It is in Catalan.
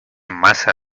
massa